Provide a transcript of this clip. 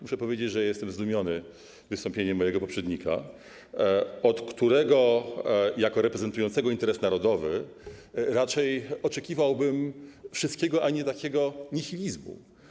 Muszę powiedzieć, że jestem zdumiony wystąpieniem mojego poprzednika, od którego jako reprezentującego interes narodowy raczej oczekiwałbym wszystkiego, a nie takiego nihilizmu.